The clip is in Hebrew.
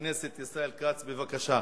חבר הכנסת ישראל כץ, בבקשה.